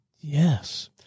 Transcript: Yes